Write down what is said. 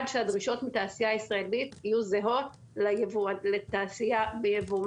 שהדרישות מהתעשייה הישראלית יהיו זהות לתעשייה ביבוא.